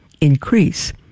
increase